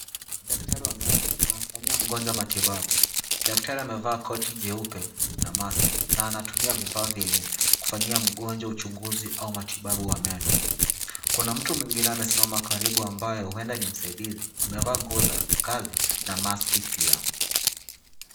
Daktari wa meno anamfanyia mgonjwa matibabu. Daktari amevaa koti jeupe na maski na anatumia vifaa vyenye kufanyia mgonjwa uchunguzi au matibabu wa meno. Kuna mtu mwingine amesimama karibu ambayo huenda ni msaidizi, amevaa nguo za kazi na maski pia.